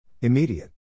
Immediate